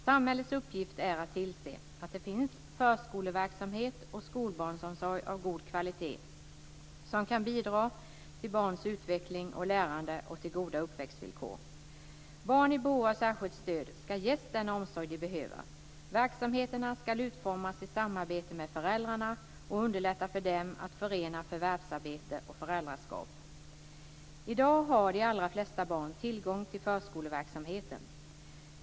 Samhällets uppgift är att tillse att det finns förskoleverksamhet och skolbarnsomsorg av god kvalitet som kan bidra till barns utveckling och lärande och till goda uppväxtvillkor. Barn i behov av särskilt stöd ska ges den omsorg de behöver. Verksamheterna ska utformas i samarbete med föräldrarna och underlätta för dem att förena förvärvsarbete och föräldraskap. I dag har de allra flesta barn tillgång till förskoleverksamheten.